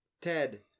Ted